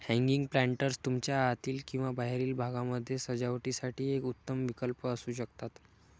hanging planters तुमच्या आतील किंवा बाहेरील भागामध्ये सजावटीसाठी एक उत्तम विकल्प असू शकतात